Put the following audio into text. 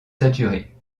saturé